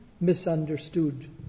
misunderstood